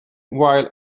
while